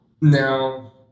Now